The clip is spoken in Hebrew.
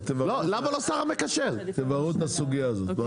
תבררו את הסוגייה הזאת.